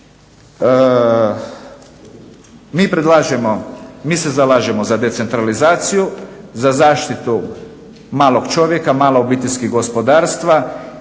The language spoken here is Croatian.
mi se zalažemo za decentralizaciju, za zaštitu malog čovjeka, malog obiteljskog gospodarstva,